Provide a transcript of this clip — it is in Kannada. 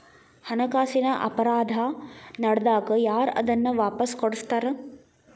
ಹಣಕಾಸಿನ್ ಅಪರಾಧಾ ನಡ್ದಾಗ ಯಾರ್ ಅದನ್ನ ವಾಪಸ್ ಕೊಡಸ್ತಾರ?